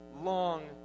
long